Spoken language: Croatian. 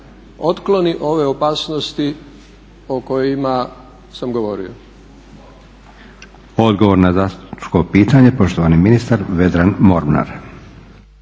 otkloni ove opasnosti o kojima sam govorio?